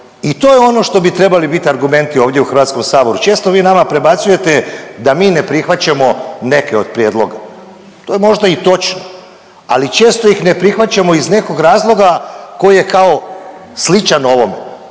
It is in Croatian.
i to je ono što bi trebali biti argumenti ovdje u HS-u. Često vi nama prebacujete da mi ne prihvaćamo neke od prijedloga. To je možda i točno, ali često ih ne prihvaćamo iz nekog razloga koji je kao sličan ovome,